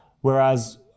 Whereas